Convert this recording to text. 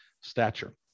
stature